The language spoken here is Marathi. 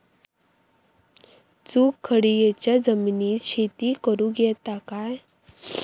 चुनखडीयेच्या जमिनीत शेती करुक येता काय?